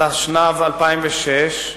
התשנ"ו-2006,